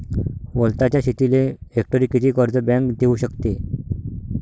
वलताच्या शेतीले हेक्टरी किती कर्ज बँक देऊ शकते?